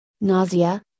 Nausea